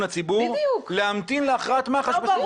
הציבור להמתין להכרעת מח"ש בסוגיה?